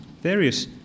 various